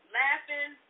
laughing